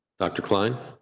dr. klein,